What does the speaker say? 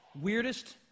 Weirdest